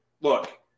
look –